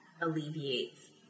alleviates